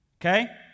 Okay